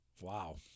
Wow